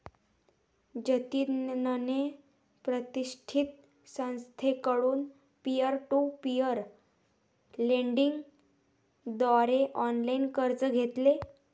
जतिनने प्रतिष्ठित संस्थेकडून पीअर टू पीअर लेंडिंग द्वारे ऑनलाइन कर्ज घेतले